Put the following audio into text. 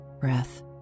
breath